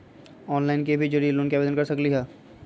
Online से भी loan के आवेदन कर सकलीहल?